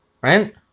Right